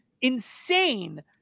insane